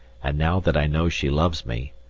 and, now that i know she loves me,